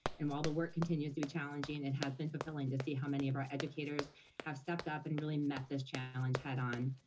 and while the work continues to be challenging, it has been fulfilling to see how many of our educators have stepped up and really met this challenge head on.